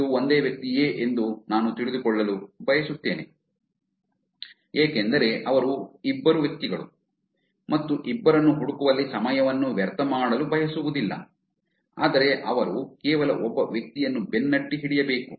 ಇದು ಒಂದೇ ವ್ಯಕ್ತಿಯೇ ಎಂದು ನಾನು ತಿಳಿದುಕೊಳ್ಳಲು ಬಯಸುತ್ತೇನೆ ಏಕೆಂದರೆ ಅವರು ಇಬ್ಬರು ವ್ಯಕ್ತಿಗಳು ಮತ್ತು ಇಬ್ಬರನ್ನು ಹುಡುಕುವಲ್ಲಿ ಸಮಯವನ್ನು ವ್ಯರ್ಥ ಮಾಡಲು ಬಯಸುವುದಿಲ್ಲ ಆದರೆ ಅವರು ಕೇವಲ ಒಬ್ಬ ವ್ಯಕ್ತಿಯನ್ನು ಬೆನ್ನಟ್ಟಿ ಹಿಡಿಯಬೇಕು